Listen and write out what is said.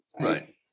right